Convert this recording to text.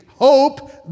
Hope